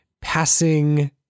passing